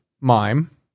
Mime